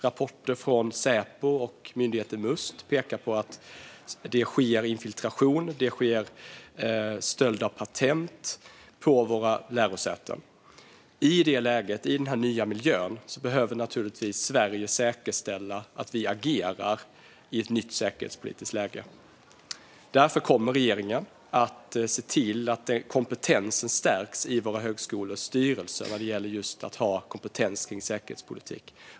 Rapporter från Säpo och myndigheten Must pekar på att det sker infiltration och stöld av patent på våra lärosäten. I den här nya miljön behöver naturligtvis Sverige säkerställa att vi agerar i enlighet med det nya säkerhetspolitiska läget. Därför kommer regeringen att se till att kompetensen stärks i våra högskolors styrelser vad gäller säkerhetspolitik.